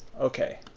okay,